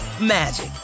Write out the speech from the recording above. magic